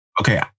Okay